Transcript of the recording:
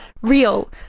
real